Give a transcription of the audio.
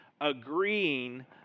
agreeing